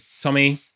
tommy